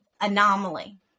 anomaly